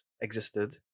existed